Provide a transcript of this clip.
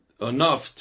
enough